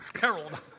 Harold